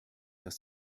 dass